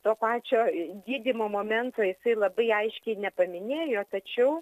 to pačio gydymo momento jisai labai aiškiai nepaminėjo tačiau